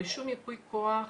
רישום ייפוי כח,